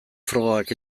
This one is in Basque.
frogak